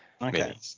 okay